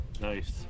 Nice